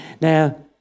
Now